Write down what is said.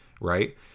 right